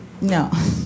No